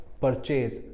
purchase